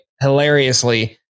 hilariously